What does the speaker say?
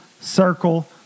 circle